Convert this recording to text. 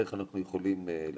איך אנחנו יכולים לעבוד.